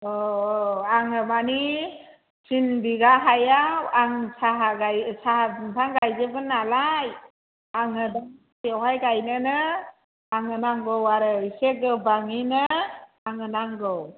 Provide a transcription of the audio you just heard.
औ औ आङो मानि थिन बिगा हायाव आं साहा साहा बिफां गायजोबगोन नालाय आंनो बे हायाव गायनोनो आंनो नांगौ आरो इसे गोबाङैनो आंनो नांगौ